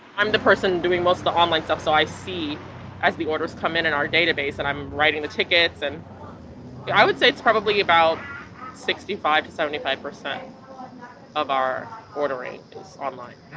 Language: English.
i'm the person doing most of the online stuff. so i see as the orders come in in our database and i'm writing the tickets and i would say it's probably about sixty five to seventy five percent of our ordering online.